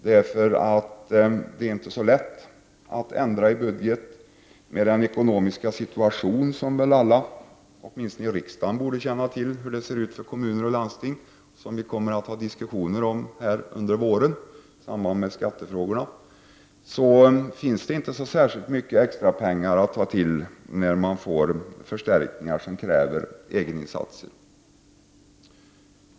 Det är inte så lätt att ändra i en budget med den ekonomiska situation — som väl alla åtminstone i riksdagen borde känna till — som nu råder för kommuner och landsting. Vi kommer att senare under våren ha diskussioner om det i samband med skattefrågorna. Därför finns det inte särskilt mycket extrapengar att ta till när det skall göras förstärkningar som kräver egeninsatser.